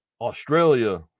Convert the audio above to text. Australia